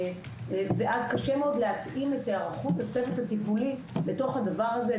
ואז קשה מאוד להתאים את היערכות הצוות הטיפולי לתוך הדבר הזה,